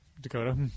Dakota